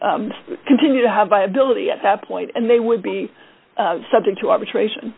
continue to have viability at that point and they would be subject to arbitration